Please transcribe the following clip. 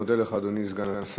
אני מודה לך, אדוני סגן השר.